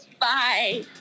Bye